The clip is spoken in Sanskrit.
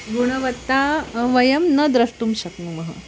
गुणवत्ता वयं न द्रष्टुं शक्नुमः